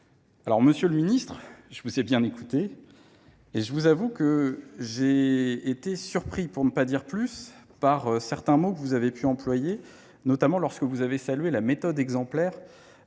loi. Monsieur le ministre, je vous ai bien écouté. Je vous avoue que j’ai été surpris, pour ne pas dire plus, par certains mots que vous avez employés, notamment lorsque vous avez salué la « méthode exemplaire